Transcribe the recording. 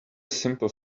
simple